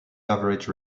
average